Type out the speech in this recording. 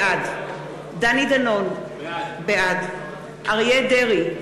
בעד דני דנון, בעד אריה דרעי,